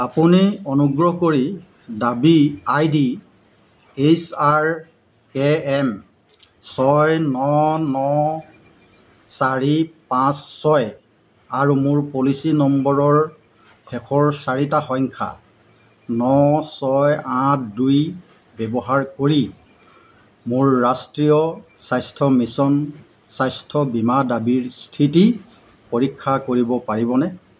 আপুনি অনুগ্ৰহ কৰি দাবী ID H R K M ছয় ন ন চাৰি পাঁচ ছয় আৰু মোৰ পলিচি নম্বৰৰ শেষৰ চাৰিটা সংখ্যা ন ছয় আঠ দুই ব্যৱহাৰ কৰি মোৰ ৰাষ্ট্ৰীয় স্বাস্থ্য মিছন স্বাস্থ্য বীমা দাবীৰ স্থিতি পৰীক্ষা কৰিব পাৰিবনে